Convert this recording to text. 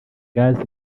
gazi